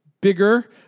Bigger